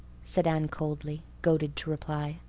said anne coldly, goaded to reply.